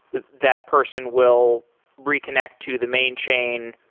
that person will reconnect to the main chain,